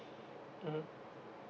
mm